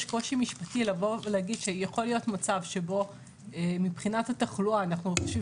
יש קושי משפטי לומר שיכול להיות מצב שבו מבחינת התחלואה אנחנו חושבים